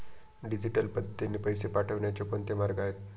Digital पद्धतीने पैसे पाठवण्याचे कोणते मार्ग आहेत?